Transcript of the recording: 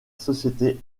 société